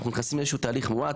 אנחנו נכנסים לתהליך מואץ,